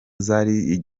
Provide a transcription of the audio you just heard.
zari